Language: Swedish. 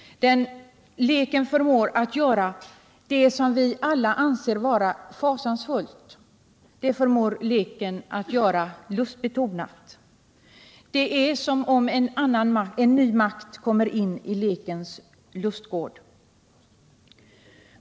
Leken förmår göra lustbetonat det som vi alla anser vara fasansfullt. Det är som om en ny makt kommer in i lekens lustgård.